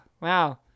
wow